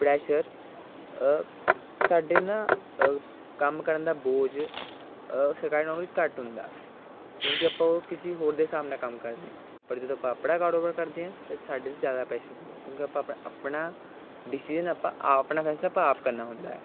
pressure ਸਾਡੇ ਨਾ ਕੰਮ ਕਰਨ ਦਾ ਬੋਝ ਸਰਕਾਰੀ ਨੌਕਰੀ 'ਚ ਘੱਟ ਹੁੰਦਾ ਕਿਉਂਕਿ ਆਪਾਂ ਉਹ ਕਿਸੇ ਹੋਰ ਦੇ ਹਿਸਾਬ ਨਾਲ ਕੰਮ ਕਰਦੇ ਹਾਂ ਪਰ ਜਦੋਂ ਆਪਾਂ ਆਪਣਾ ਕਾੜੋਬਾੜ ਕਰਦੇ ਹਾਂ ਤਾਂ ਸਾਡੇ 'ਤੇ ਜ਼ਿਆਦਾ ਪ੍ਰੈਸ਼ਰ ਹੁੰਦਾ ਹੈ ਕਿਉਂਕਿ ਆਪਾਂ ਆਪਣਾ ਡਿਸੀਜ਼ਨ ਆਪਾਂ ਆਪਣਾ ਫੈਸਲਾ ਆਪਾਂ ਆਪ ਕਰਨਾ ਹੁੰਦਾ ਹੈ